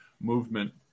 movement